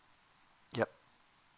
yup